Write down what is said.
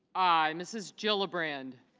i. mrs. jill a brand